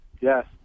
yes